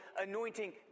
anointing